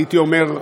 הייתי אומר,